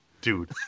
dude